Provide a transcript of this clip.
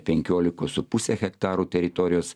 penkiolikos su puse hektarų teritorijos